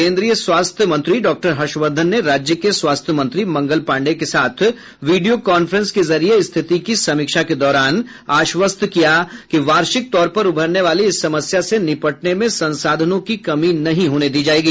केंद्रीय स्वास्थ्य मंत्री डॉक्टर हर्षवर्धन ने राज्य के स्वास्थ्य मंत्री मंगल पांडेय के साथ वीडियो कॉन्फ्रेंस के जरिये स्थिति की समीक्षा के दौरान आश्वस्त किया कि वार्षिक तौर पर उभरने वाली इस समस्या से निपटने में संसाधनों की कमी नहीं होने दी जायेगी